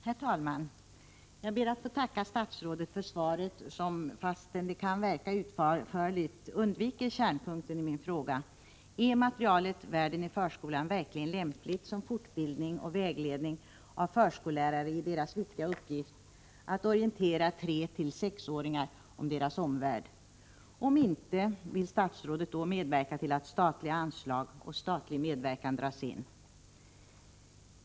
Herr talman! Jag ber att få tacka statsrådet för svaret. Fastän det kan verka utförligt undviker statsrådet kärnpunkten i min fråga: Är materialet Världen i förskolan verkligen lämpligt som vägledning för och fortbildning av förskollärare i deras viktiga uppgift att orientera 3-6-åringar om omvärlden? Om inte, vill statsrådet då medverka till att statliga anslag och statlig medverkan dras in?